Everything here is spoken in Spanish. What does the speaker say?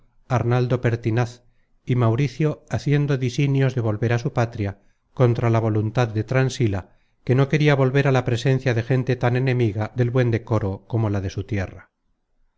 arnaldo pertinaz y mauricio haciendo disinios de volver á su patria contra la voluntad de transila que no queria volver a la presencia de gente tan enemiga del buen content from google book search generated at co nal decoro como la de su tierra